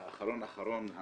ואחרון, אחרון,